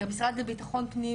כמשרד לבט"פ,